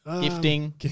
Gifting